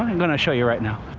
gonna show you right now